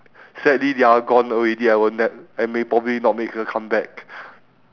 sadly they are gone already and will ne~ and will probably not make a comeback